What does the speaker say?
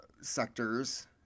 sectors